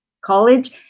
college